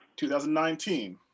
2019